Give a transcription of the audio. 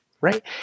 right